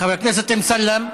חבר הכנסת אמסלם,